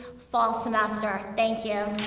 fall semester. thank you.